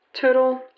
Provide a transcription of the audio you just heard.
Total